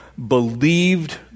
believed